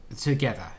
together